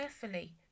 carefully